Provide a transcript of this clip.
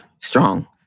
strong